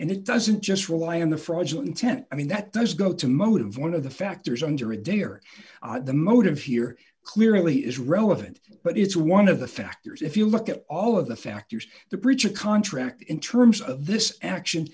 and it doesn't just rely on the fraudulent intent i mean that does go to motive one of the factors under a day or the motive here clearly is relevant but it's one of the factors if you look at all of the factors the preacher contract in terms of this action